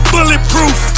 Bulletproof